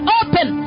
open